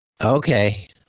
Okay